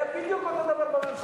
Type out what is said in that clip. היה בדיוק אותו דבר בממשלה,